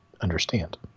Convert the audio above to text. understand